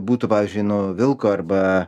būtų pavyzdžiui nu vilko arba